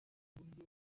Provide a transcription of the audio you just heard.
buryo